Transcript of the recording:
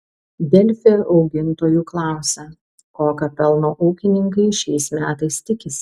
delfi augintojų klausia kokio pelno ūkininkai šiais metais tikisi